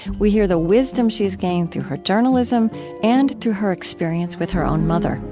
we hear the wisdom she's gained through her journalism and through her experience with her own mother.